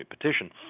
petition